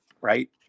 right